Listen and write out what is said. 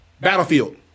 Battlefield